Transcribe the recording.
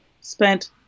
spent